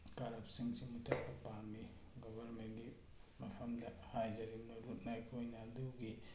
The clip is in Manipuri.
ꯀꯔꯞꯁꯟꯁꯤ ꯃꯨꯊꯠꯄ ꯄꯥꯝꯃꯤ ꯒꯚꯔꯟꯃꯦꯟꯒꯤ ꯃꯐꯝꯗ ꯍꯥꯏꯖꯔꯤ ꯅꯣꯜꯂꯨꯛꯅ ꯑꯩꯈꯣꯏꯅ ꯑꯗꯨꯒꯤ